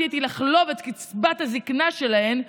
האמיתית היא לחלוב את קצבת הזקנה" שלהן,